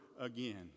again